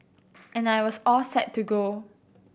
and I was all set to go